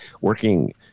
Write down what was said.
working